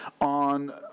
on